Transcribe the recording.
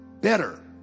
better